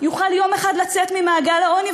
יוכלו יום אחד לצאת ממעגל העוני,